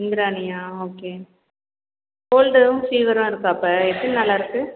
இந்திராணியா okay கோல்டும் ஃபீவரா இருக்கா இப்போ எத்தனை நாளாக இருக்குது